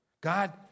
God